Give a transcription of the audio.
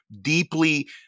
deeply